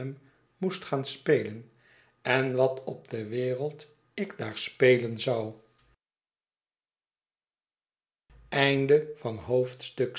moest gaan spelen en wat op de wereld ik daar spelen zou